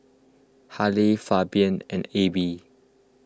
Harlie Fabian and A B